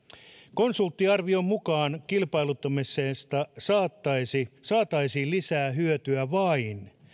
konsulttiarvion mukaan kilpailuttamisesta saataisiin saataisiin lisää hyötyä vain